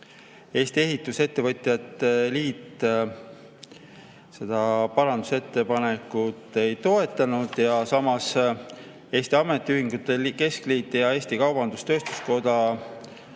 Eesti Ehitusettevõtjate Liit seda parandusettepanekut ei toetanud, samas Eesti Ametiühingute Keskliit ja Eesti Kaubandus-Tööstuskoda